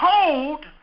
hold